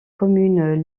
communes